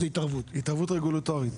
זאת התערבות, התערבות רגולטורית.